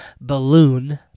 balloon